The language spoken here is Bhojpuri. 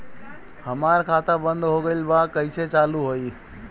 हमार खाता बंद हो गइल बा कइसे चालू होई?